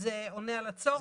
שזה עונה על הצורך.